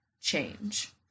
change